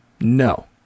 No